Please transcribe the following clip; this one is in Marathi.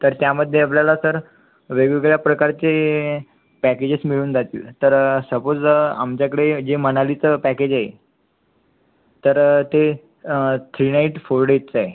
तर त्यामध्ये आपल्याला सर वेगवेगळ्या प्रकारचे पॅकेजेस मिळून जातील तर सपोज आमच्याकडे जे मनालीचं पॅकेज आहे तर ते थ्री नाईट फोर डेजचं आहे